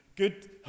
Good